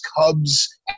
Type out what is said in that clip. Cubs